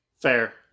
Fair